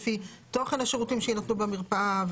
לפי תוכן השירותים שיינתנו במרפאה,